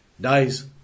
dies